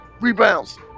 rebounds